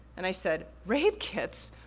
and i said, rape kits?